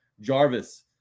Jarvis